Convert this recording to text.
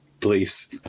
Please